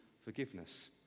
forgiveness